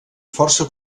força